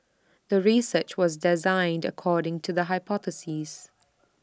the research was designed according to the hypothesis